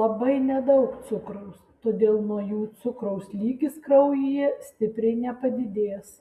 labai nedaug cukraus todėl nuo jų cukraus lygis kraujyje stipriai nepadidės